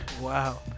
Wow